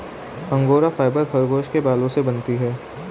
angora fibre खरगोश के बालों से बनती है